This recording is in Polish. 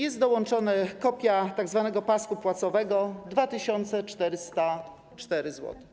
Jest dołączona kopia tzw. paska płacowego - 2404 zł.